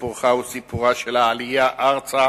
סיפורך הוא סיפורה של העלייה ארצה,